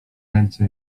ręce